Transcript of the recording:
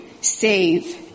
save